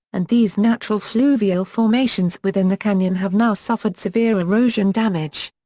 and these natural fluvial formations within the canyon have now suffered severe erosion damage.